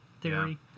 theory